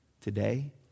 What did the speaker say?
Today